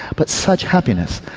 but such happiness.